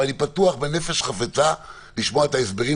אני פתוח בנפש חפצה לשמוע את ההסברים,